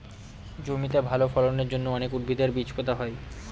জমিতে ভালো ফলনের জন্য অনেক উদ্ভিদের বীজ পোতা হয়